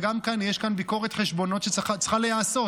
וגם כאן יש ביקורת חשבונות שצריכה להיעשות.